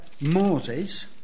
Moses